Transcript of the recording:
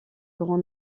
grand